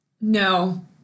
No